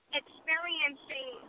experiencing